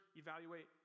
evaluate